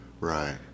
Right